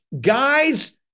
guys –